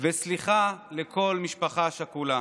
וסליחה לכל משפחה שכולה.